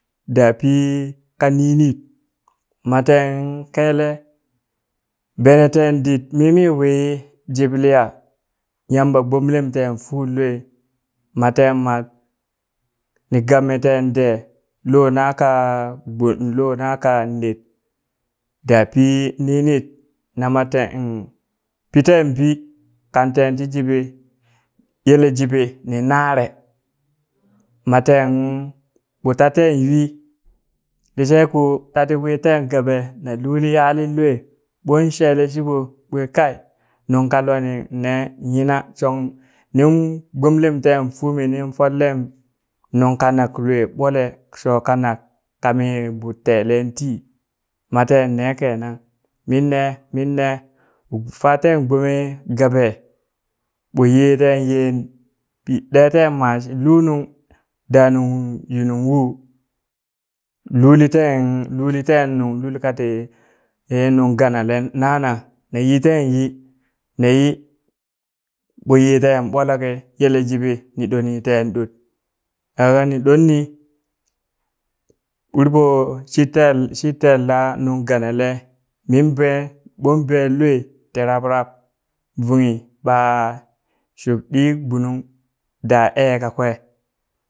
Ta pi ka ninit maten kele beneten dit mi mi wi jibliya? Yamba gbomlem ten fu lwe maten mat ni gabmi ten ɗe lo naka gbu lo naka ned da pii ninit namate umm piten pi katen shi jiɓi yele jiɓi ni nare maten ɓo teten yui lishe ko tati witen gaɓe na luli yalin lwe ɓon shele shiɓo ɓwe kai nung ka lwani ne yina nin gbomlem ten fumi nin follem nung kanak lwe ɓwele sho kanak kami gbo telen ti maten ne kenan minne minne fa ten gbome gaɓe ɓo yeten ye pi deten mach lunung da nung yunung whu luli luliten nung lul kati ti nung ganale nana nayiten yi na yi ɓo yeten ɓwalaki yele jibɓi ni ɗoniten ɗo a ka ni ɗonni uri ɓo shid ten shid teen la nung ganale min be ɓon ben lwe ti rab rab vunghi ɓa shubdi gbunung da eh kakwe